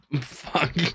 fuck